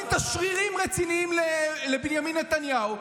עשית שרירים רציניים לבנימין נתניהו,